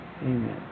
Amen